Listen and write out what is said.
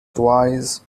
twice